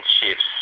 shifts